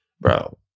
bro